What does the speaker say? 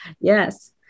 Yes